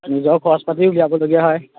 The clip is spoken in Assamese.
নিজৰ খৰচ পাতি উলিয়াবলগীয়া হয়